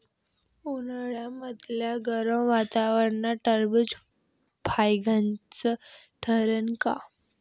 उन्हाळ्यामदल्या गरम वातावरनात टरबुज फायद्याचं ठरन का?